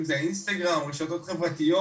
אם זה אינסטגרם, רשתות חברתיות,